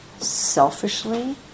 selfishly